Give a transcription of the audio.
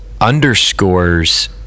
underscores